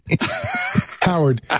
Howard